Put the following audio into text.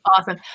awesome